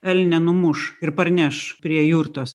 elnią numuš ir parneš prie jurtos